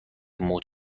موج